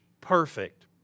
perfect